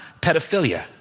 pedophilia